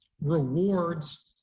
rewards